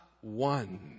one